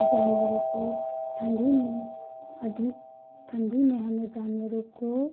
जानवरों को ठंडी में अधिक ठंडी में हमें जानवरों को